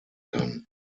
kann